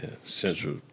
Central